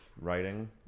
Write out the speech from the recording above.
writing